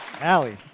Allie